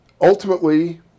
Ultimately